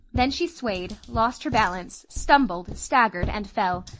then she swayed, lost her balance, stumbled, staggered, and fell,